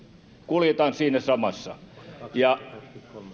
kuljetaan siinä samassa